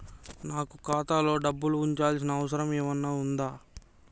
నాకు ఖాతాలో డబ్బులు ఉంచాల్సిన అవసరం ఏమన్నా ఉందా?